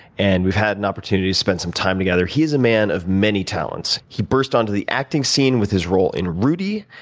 and we've had an opportunity to spend some time together. he is a man of many talents. he burst onto the acting scene with his role in rudy.